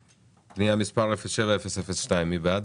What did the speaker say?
פנייה מס' 07-002, מי בעד?